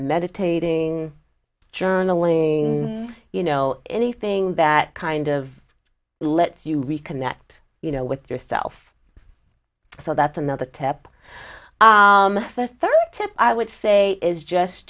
journaling you know anything that kind of lets you reconnect you know with yourself so that's another tip tip i would say is just